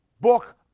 book